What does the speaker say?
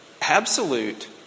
Absolute